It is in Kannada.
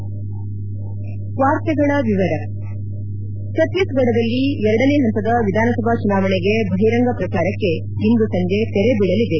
ಎಸ್ಪಿಎಂ ಛತ್ತೀಸ್ಗಢದಲ್ಲಿ ಎರಡನೇ ಪಂತದ ವಿಧಾನಸಭಾ ಚುನಾವಣೆಗೆ ಬಹಿರಂಗ ಪ್ರಚಾರಕ್ಷೆ ಇಂದು ಸಂಜೆ ತೆರೆಬೀಳಲಿದೆ